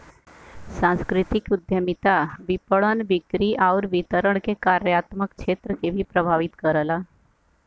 सांस्कृतिक उद्यमिता विपणन, बिक्री आउर वितरण के कार्यात्मक क्षेत्र के भी प्रभावित करला